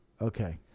Okay